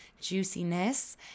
juiciness